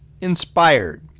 inspired